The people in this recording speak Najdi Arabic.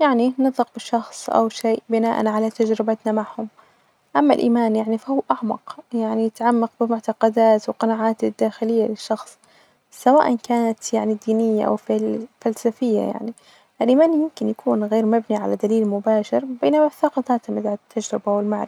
يعني نثق بشخص أو شئ بناءا علي تجربتنا معهم، أما الإيمان يعني فهو أعمق يعني تعمق بمعتقدات وقناعات الداخلية للشخص ،سواءا كانت يعني دينية أو فل- فلسفية يعني الإيمان يمكن يكون غير مبني علي دليل مباشر، بينما الثقة تعتمد علي التجربة والمعرفة.